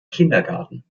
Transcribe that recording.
kindergarten